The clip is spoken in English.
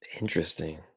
Interesting